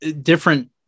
different